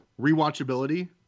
rewatchability